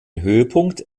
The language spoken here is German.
höhepunkt